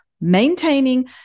Maintaining